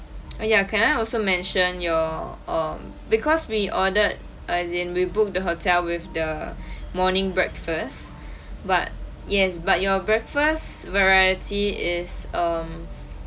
oh ya can I also mention your um because we ordered as in we book the hotel with the morning breakfast but yes but your breakfast variety is um